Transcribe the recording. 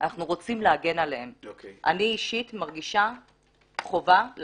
אני אחראית על